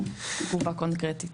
תגובה קונקרטית.